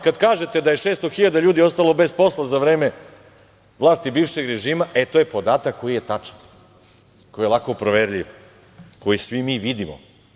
Kada kažete da je 600 hiljada ljudi ostalo bez posla za vreme vlasti bivšeg režima, to je podatak koji je tačan, koji je lako proverljiv, koji svi mi vidimo.